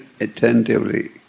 attentively